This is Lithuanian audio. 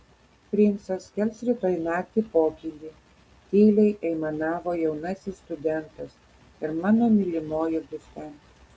princas kels rytoj naktį pokylį tyliai aimanavo jaunasis studentas ir mano mylimoji bus ten